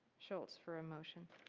schultz for a motion.